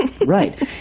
right